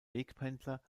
wegpendler